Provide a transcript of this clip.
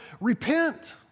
Repent